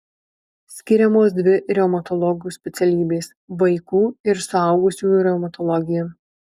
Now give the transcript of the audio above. skiriamos dvi reumatologų specialybės vaikų ir suaugusiųjų reumatologija